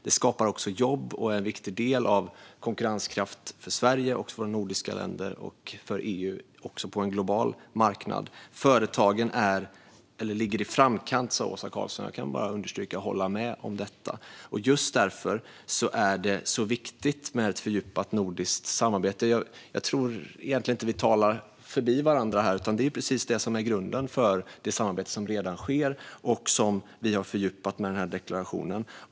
Detta skapar också jobb och är en viktig del av konkurrenskraften för Sverige, för våra nordiska länder och för EU även på en global marknad. Företagen ligger i framkant, sa Åsa Karlsson. Jag kan bara understryka detta och hålla med om det. Just därför är det viktigt med ett fördjupat nordiskt samarbete. Jag tror egentligen inte att vi talar förbi varandra här, utan det är precis detta som är grunden för det samarbete som redan sker och som vi har fördjupat med denna deklaration.